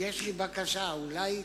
יש לי בקשה, אולי תתקרבי?